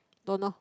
don't know